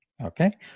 Okay